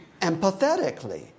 empathetically